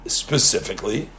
specifically